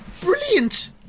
brilliant